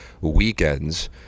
weekends